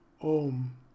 Om